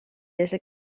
desde